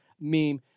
meme